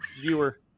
viewer